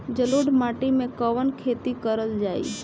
जलोढ़ माटी में कवन खेती करल जाई?